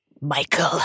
Michael